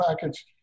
package